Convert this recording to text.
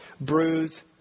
bruise